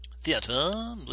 Theater